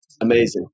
Amazing